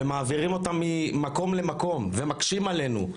והם מעבירים אותם ממקום למקום ומקשים עלינו,